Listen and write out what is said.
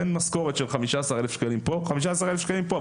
בין משכורת של 15,000 שקלים פה ומשכורת של 15,000 שקלים פה,